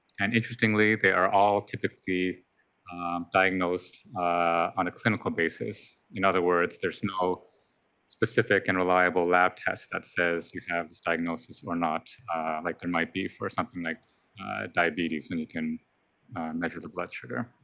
and interestingly, they are all typically diagnosed on a clinical basis. in other words, there is no specific and reliable lab test that says you have this diagnosis or not like there might be for something like diabetes when you can measure the blood sugar.